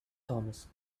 thomas